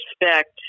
respect